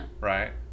right